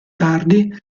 tardi